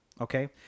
Okay